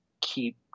keep